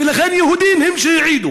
לכן, יהודים הם שהעידו